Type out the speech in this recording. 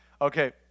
Okay